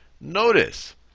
Notice